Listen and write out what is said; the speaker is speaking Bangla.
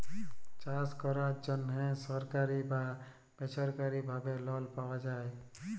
চাষ ক্যরার জ্যনহে ছরকারি বা বেছরকারি ভাবে লল পাউয়া যায়